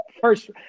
first